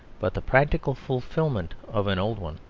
but the practical fulfilment of an old one.